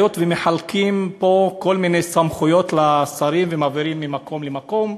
היות שמחלקים פה כל מיני סמכויות לשרים ומעבירים ממקום למקום,